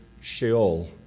Sheol